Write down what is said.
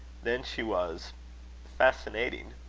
then she was fascinating.